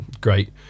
great